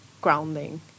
grounding